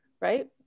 right